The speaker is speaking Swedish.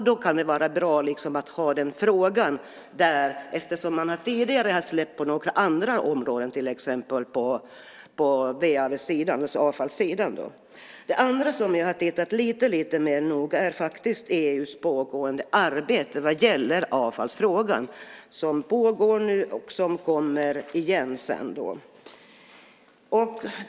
Då kan det vara bra att ha denna fråga där eftersom man tidigare har släppt på några andra områden, till exempel på VA-sidan. Det andra som jag har tittat lite mer noga på är EU:s pågående arbete vad gäller avfallsfrågan. Det pågår nu och kommer igen sedan.